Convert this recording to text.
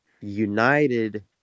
united